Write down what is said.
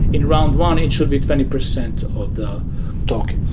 in round one, it should be twenty percent of the token.